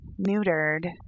neutered